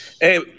Hey